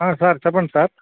ఆ సార్ చెప్పండి సార్